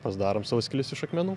pasidarom savus kelius iš akmenų